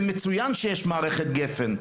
זה מצוין שיש מערכת גפ"ן,